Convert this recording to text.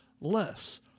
less